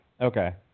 Okay